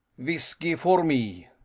vhiskey for me.